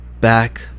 back